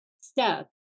step